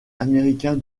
américain